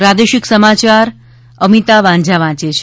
પ્રાદેશિક સમાયાર અમિતા વાંઝા વાંચે છે